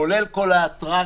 כולל כל האטרקציות,